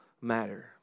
matter